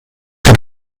kann